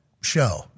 show